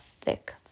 thick